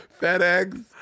FedEx